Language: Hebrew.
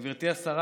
גברתי השרה,